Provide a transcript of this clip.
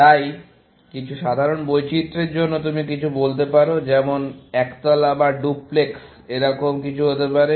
তাই কিছু সাধারণ বৈচিত্র্যের জন্য তুমি কিছু বলতে পারো যেমন একতলা বা ডুপ্লেক্স এরকম কিছু হতে পারে